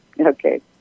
Okay